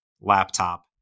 Laptop